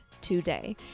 today